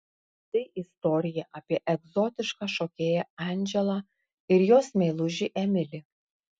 tai istorija apie egzotišką šokėją andželą ir jos meilužį emilį